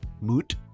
moot